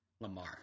Lamar